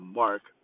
mark